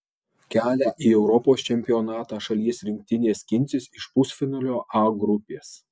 kelią į europos čempionatą šalies rinktinė skinsis iš pusfinalio a grupės